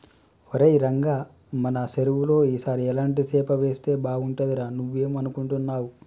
ఒరై రంగ మన సెరువులో ఈ సారి ఎలాంటి సేప వేస్తే బాగుంటుందిరా నువ్వేం అనుకుంటున్నావ్